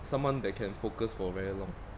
someone they can focus for very long